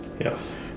Yes